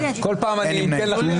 הצבעה לא אושרו.